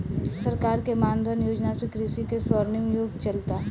सरकार के मान धन योजना से कृषि के स्वर्णिम युग चलता